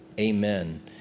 amen